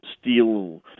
steel –